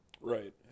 Right